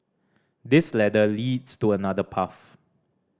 this ladder leads to another path